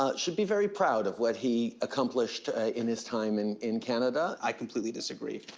ah should be very proud of what he accomplished in his time and in canada. i completely disagree.